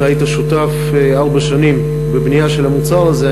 אתה היית שותף ארבע שנים בבנייה של המוצר הזה.